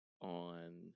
on